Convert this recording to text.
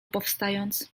powstając